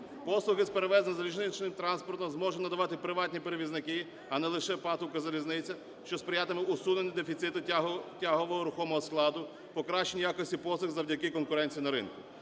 послуги з перевезення залізничним транспортом зможуть надавати приватні перевізники, а не лише ПАТ "Укрзалізниця", що сприятиме усуненню дефіциту тягового рухомого складу, покращення якості послуг завдяки конкуренції на ринку.